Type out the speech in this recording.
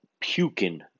Puking